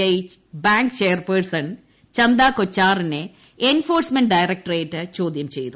I bank chairperson Chanda കൊച്ചാറിനെ enforcement directorate ചോദ്യം ചെയ്തു